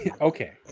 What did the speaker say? Okay